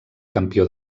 campió